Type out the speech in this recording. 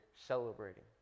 celebrating